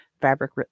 fabric